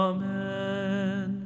Amen